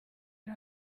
ari